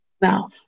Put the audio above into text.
Now